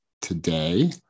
today